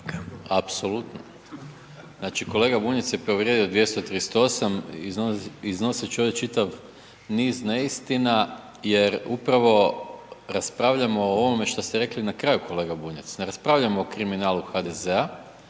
Apsolutno. Znači kolega Bunjac je povrijedio 238. iznoseći ovdje čitav niz neistina, jer upravo raspravljamo o ovome što ste rekli na kraju, kolega Bunjac, ne raspravljamo o kriminalu HDZ-a,